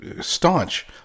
staunch